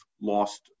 lost